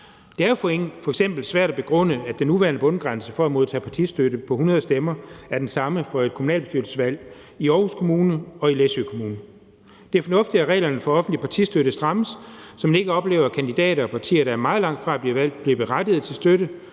Det er jo f.eks. svært at begrunde, at den nuværende bundgrænse for at modtage partistøtte på 100 stemmer er den samme for et kommunalbestyrelsesvalg i Aarhus Kommune og i Læsø Kommune. Det er fornuftigt, at reglerne for offentlig partistøtte strammes, så man ikke oplever, at kandidater og partier, der er meget langt fra at blive valgt, bliver berettiget til støtte.